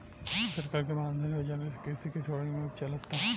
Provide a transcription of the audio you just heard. सरकार के मान धन योजना से कृषि के स्वर्णिम युग चलता